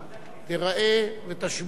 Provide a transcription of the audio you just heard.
תיראה ותשמיע.